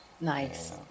Nice